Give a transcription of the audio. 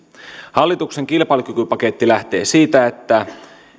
hallituksen kilpailukykypaketti lähtee siitä että